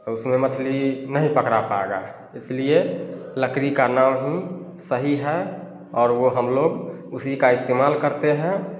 तो उसमें मछली नहीं पकड़ा पाएगा इसलिए लकड़ी का नाव ही सही है और वो हम लोग उसी का इस्तेमाल करते हैं